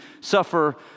suffer